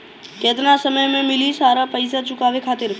केतना समय मिली सारा पेईसा चुकाने खातिर?